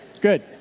Good